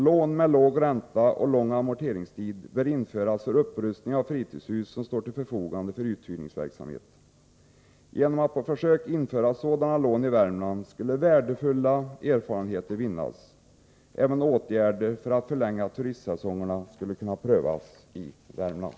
Lån med låg ränta och lång amorteringstid bör införas för upprustning av fritidshus som står till förfogande för uthyrningsverksamhet. Genom att på försök införa sådana lån i Värmland skulle man vinna värdefulla erfarenheter. Även åtgärder för att förlänga turistsäsongerna skulle kunna prövas i Värmland.